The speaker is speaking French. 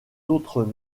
autres